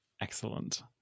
Excellent